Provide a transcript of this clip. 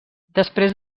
després